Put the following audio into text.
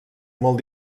molt